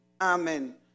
Amen